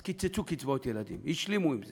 אז קיצצו קצבאות ילדים, השלימו עם זה.